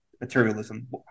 materialism